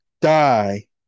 die